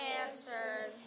answered